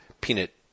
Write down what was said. peanut